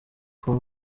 for